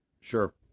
Sure